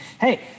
hey